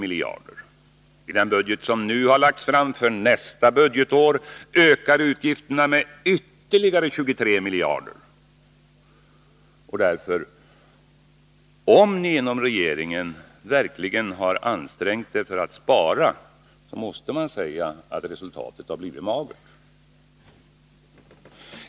I den budget som nu lagts fram för nästa budgetår ökar utgifterna med ytterligare 23 miljarder. Om ni inom regeringen verkligen har ansträngt er för att spara, måste man säga att resultatet har blivit magert.